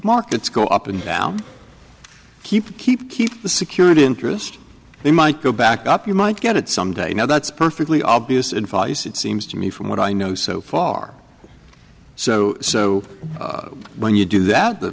markets go up and down keep keep keep the security interest they might go back up you might get it some day now that's perfectly obvious advice it seems to me from what i know so far so so when you do that the